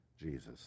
Jesus